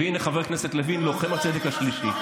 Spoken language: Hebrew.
והינה חבר הכנסת לוין לוחם הצדק השלישי.